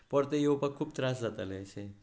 परतें येवपाक खूब त्रास जातालें अशें